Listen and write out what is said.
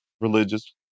religious